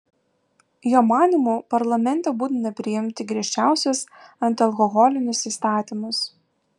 jo manymu parlamente būtina priimti griežčiausius antialkoholinius įstatymus